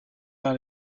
par